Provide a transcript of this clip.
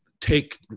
take